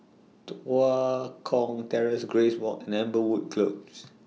Tua Kong Terrace Grace Walk and Amberwood Close